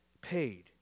paid